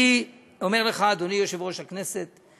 אני אומר לך, אדוני יושב-ראש הכנסת,